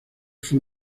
fue